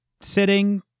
sitting